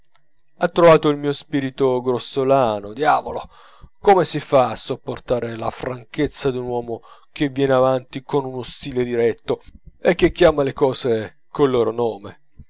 ha trovato il mio spirito grossolano diavolo come si fa a sopportare la franchezza d'un uomo che viene avanti con un stile diretto e che chiama le cose col loro nome